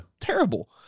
terrible